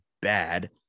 bad